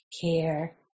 care